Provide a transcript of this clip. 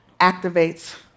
activates